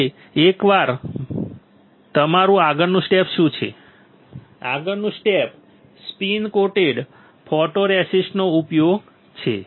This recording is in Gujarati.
હવે એકવાર તમારું આગળનું સ્ટેપ શું છે આગળનું સ્ટેપ સ્પિન કોટ ફોટોરેસિસ્ટનો ઉપયોગ છે